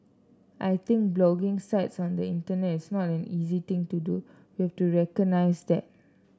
I think blocking sites on the Internet is not an easy thing to do we have to recognise that